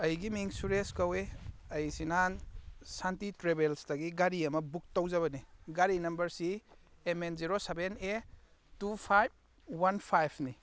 ꯑꯩꯒꯤ ꯃꯤꯡ ꯁꯨꯔꯦꯁ ꯀꯧꯏ ꯑꯩꯁꯤ ꯅꯍꯥꯟ ꯁꯥꯟꯇꯤ ꯇ꯭ꯔꯦꯕꯦꯜꯁꯇꯒꯤ ꯒꯥꯔꯤ ꯑꯃ ꯕꯨꯛ ꯇꯧꯖꯕꯅꯦ ꯒꯥꯔꯤ ꯅꯝꯕꯔꯁꯤ M N zero seven A two five one ꯐꯥꯏꯞꯅꯤ